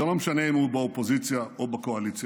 זה לא משנה אם הוא באופוזיציה או בקואליציה,